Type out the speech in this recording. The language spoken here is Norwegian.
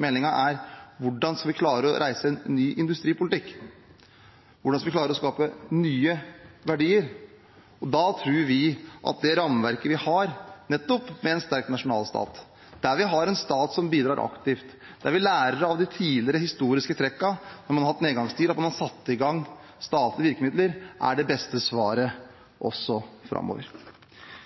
meldingen, er: Hvordan skal vi klare å reise en ny industripolitikk? Hvordan skal vi klare å skape nye verdier? Vi tror at det rammeverket vi har, nettopp med en sterk nasjonalstat – en stat som bidrar aktivt, der vi lærer av tidligere, historiske trekk, at man i nedgangstider har satt i gang statlige virkemidler – er det beste svaret også framover.